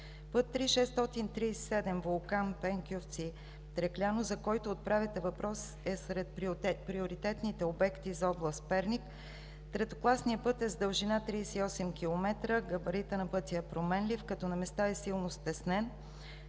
Път 3.637 – Вулкан – Пенкьовски – Трекляно, за който отправяте въпрос, е сред приоритетните обекти за област Перник. Третокласният път е с дължина 38 км. Габаритът на пътя е променлив, като на места е силно стеснен.